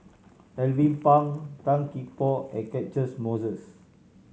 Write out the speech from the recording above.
Alvin Pang Tan Gee Paw and Catchick Moses